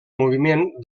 moviment